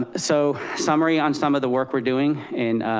ah so, summary on some of the work we're doing in